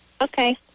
Okay